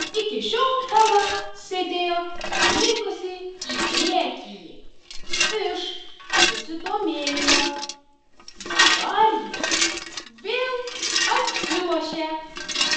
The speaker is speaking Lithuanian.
iki šiol hela sėdėjo palinkusi į priekį iš susidomėjimo dabar ji vėl atsilošė